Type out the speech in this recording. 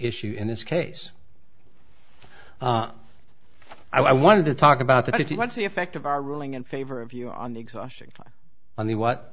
issue in this case i wanted to talk about that if you what's the effect of our ruling in favor of you on the exhaustion on the what